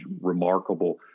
remarkable